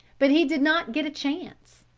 but he did not get a chance.